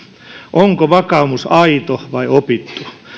onko vakaumus aito vai opittu